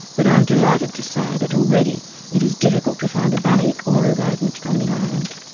but i am delighted to say that already it is difficult to find a bunny or a rodent on the island.